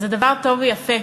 אז הדבר טוב ויפה,